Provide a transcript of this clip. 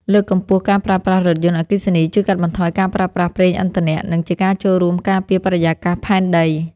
លើកកម្ពស់ការប្រើប្រាស់រថយន្តអគ្គិសនីជួយកាត់បន្ថយការប្រើប្រាស់ប្រេងឥន្ធនៈ និង ជាការចូលរួមការពារបរិយាកាសផែនដី។